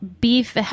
beef